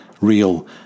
real